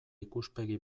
ikuspegi